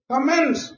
Commence